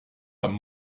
femme